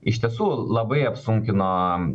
iš tiesų labai apsunkino